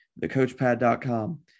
thecoachpad.com